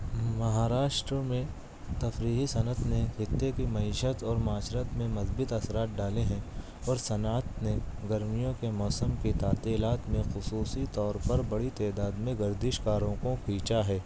مہاراشٹر میں تفریحی صنعت نے خطے کی معیشت اور معاشرت میں مثبت اثرات ڈالے ہیں اور صنعت نے گرمیوں کے موسم کی تعطیلات میں خصوصی طور پر بڑی تعداد میں گردش کاروں کو کھینچا ہے